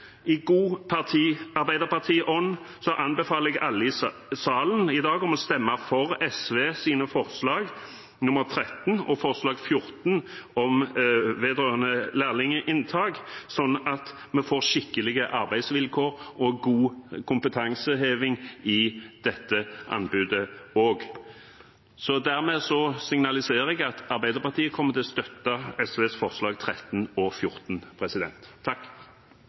I god arbeiderpartiånd anbefaler jeg alle i salen i dag å stemme for SVs forslag nr. 13 og forslag nr. 14, vedrørende lærlingeinntak, sånn at vi får skikkelige arbeidsvilkår og god kompetanseheving i dette anbudet også. Dermed signaliserer jeg at Arbeiderpartiet kommer til å støtte SVs forslag nr. 13 og 14.